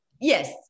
Yes